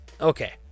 Okay